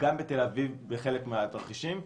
שגם בתל-אביב, בחלק מהתרחישים,